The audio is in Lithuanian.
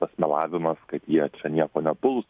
tas melavimas kad jie čia nieko nepuls